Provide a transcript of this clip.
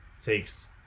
takes